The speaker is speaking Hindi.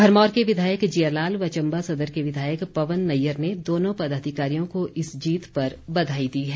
भरमौर के विधायक जीयालाल व चम्बा सदर के विधायक पवन नैयर ने दोनों पदाधिकारियों को इस जीत पर बधाई दी है